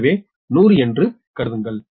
எனவே 100 என்று கருதுங்கள்